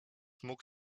mógł